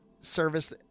service